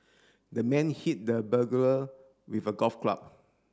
the man hit the burglar with a golf club